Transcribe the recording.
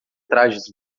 trajes